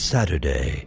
Saturday